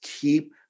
Keep